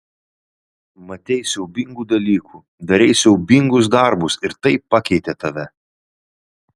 matei siaubingų dalykų darei siaubingus darbus ir tai pakeitė tave